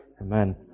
Amen